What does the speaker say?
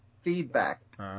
feedback